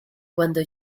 cuando